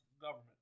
government